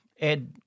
Ed